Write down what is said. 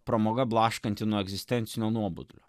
pramoga blaškanti nuo egzistencinio nuobodulio